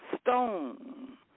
stone